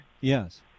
Yes